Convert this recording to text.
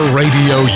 radio